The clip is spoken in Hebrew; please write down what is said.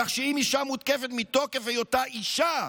כך שאם אישה מותקפת מתוקף היותה אישה,